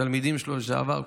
תלמידים שלו לשעבר,